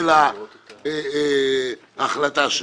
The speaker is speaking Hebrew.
ההחלטה שלו,